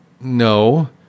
No